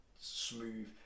smooth